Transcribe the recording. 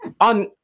on